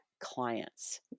clients